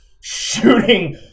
shooting